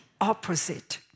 opposite